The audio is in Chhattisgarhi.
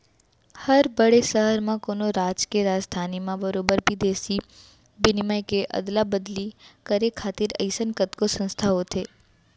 हर बड़े सहर म, कोनो राज के राजधानी म बरोबर बिदेसी बिनिमय के अदला बदली करे खातिर अइसन कतको संस्था होथे